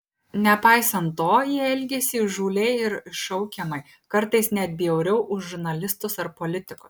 nepaisant to jie elgėsi įžūliai ir iššaukiamai kartais net bjauriau už žurnalistus ar politikus